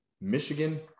Michigan